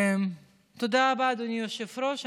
תודה רבה, אדוני היושב-ראש.